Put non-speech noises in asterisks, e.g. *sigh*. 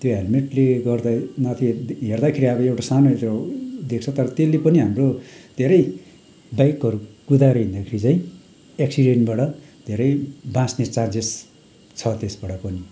त्यो हेल्मेटले गर्दा नाथे हेर्दाखेरि अब एउटा सानो *unintelligible* देख्छ तर त्यसले पनि हाम्रो धेरै बाइकहरू कुदाएर हिँड्दाखेरि चाहिँ एक्सिडेन्टबाट धेरै बाँच्ने चान्सेस छ त्यसबाट पनि